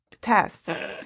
tests